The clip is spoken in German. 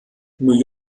new